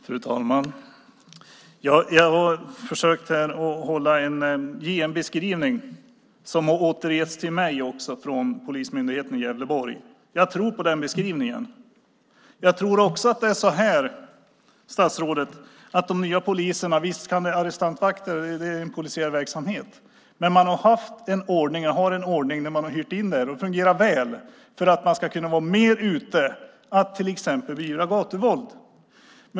Fru talman! Jag har här försökt återge den beskrivning som jag fått från polismyndigheten i Gävleborg. Jag tror på den beskrivningen. Visst är detta med arrestantvakter en polisiär verksamhet. Men man har haft och har ordningen att hyra in folk - detta har fungerat väl - för att mer kunna vara ute för att till exempel beivra gatuvåld.